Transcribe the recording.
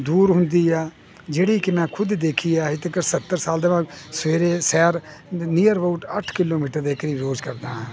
ਦੂਰ ਹੁੰਦੀ ਆ ਜਿਹੜੀ ਕਿ ਮੈਂ ਖੁਦ ਦੇਖੀ ਆ ਅੱਜ ਤੱਕਰ ਸੱਤਰ ਸਾਲ ਦਾ ਮੈਂ ਸਵੇਰੇ ਸੈਰ ਨੀਅਰ ਅਬਾਊਟ ਅੱਠ ਕਿਲੋਮੀਟਰ ਦੇ ਕਰੀਬ ਰੋਜ਼ ਕਰਦਾ ਹਾਂ